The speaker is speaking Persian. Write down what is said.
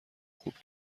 خوب